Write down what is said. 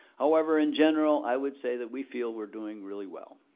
however, in general, i would say that we feel we're doing really well.